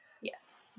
Yes